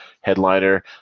headliner